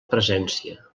presència